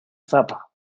zappa